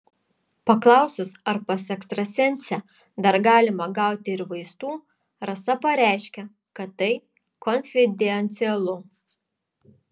paklausus ar pas ekstrasensę dar galima gauti ir vaistų rasa pareiškė kad tai konfidencialu